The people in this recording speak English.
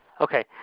Okay